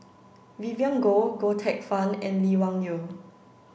Vivien Goh Goh Teck Phuan and Lee Wung Yew